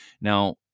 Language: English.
Now